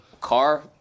Car